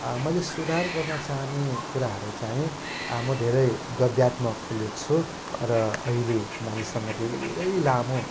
मैले सुधार गर्नचाहने कुराहरू चाहिँ म धेरै गद्यात्मक लेख्छु र अहिले मानिससँग धेरै लामो